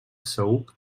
saüc